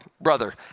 brother